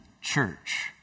church